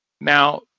Now